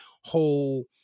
whole